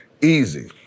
Easy